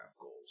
goals